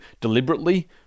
deliberately